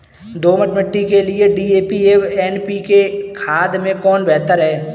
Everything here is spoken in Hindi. दोमट मिट्टी के लिए डी.ए.पी एवं एन.पी.के खाद में कौन बेहतर है?